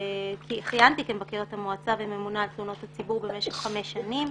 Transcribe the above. כיהנתי כמבקרת המועצה וממונה על תלונות הציבור במשך חמש שנים.